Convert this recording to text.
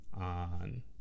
on